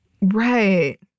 Right